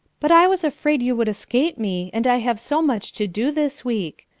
but i was afraid you would escape me, and i have so much to do this week.